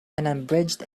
unabridged